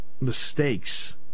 Mistakes